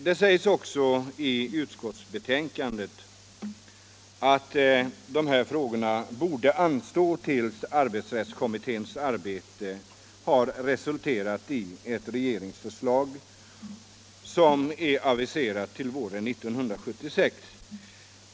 Det sägs också i utskottsbetänkandet att dessa frågor borde anstå tills arbetsrättskommitténs arbete resulterat i ett regeringsförslag, och att ett sådant är aviserat till våren 1976.